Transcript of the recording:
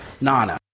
Nana